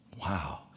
Wow